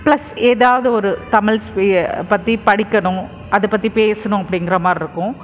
plus ஏதாவது ஒரு தமிழ் ஸ்பீ பற்றி படிக்கணும் அது பற்றி பேசணும் அப்படிங்கிற மாதிரி இருக்கும்